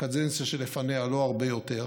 ובקדנציה שלפניה לא הרבה יותר,